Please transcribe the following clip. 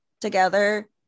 together